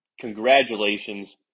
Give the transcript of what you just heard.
congratulations